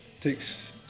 takes